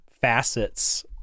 facets